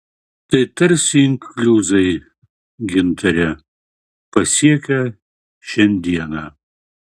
tai tarsi inkliuzai gintare pasiekę šiandieną